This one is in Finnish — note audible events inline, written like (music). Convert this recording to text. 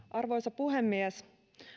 (unintelligible) arvoisa puhemies